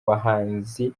bahanzi